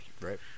right